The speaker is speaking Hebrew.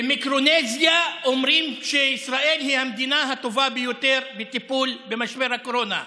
במיקרונזיה אומרים שישראל היא המדינה הטובה ביותר בטיפול במשבר הקורונה.